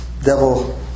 Devil